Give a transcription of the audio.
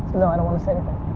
no, i don't want to say anything.